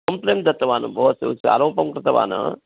complain दत्तवान् भवतः आरोपं कृतवान्